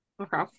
Okay